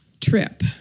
trip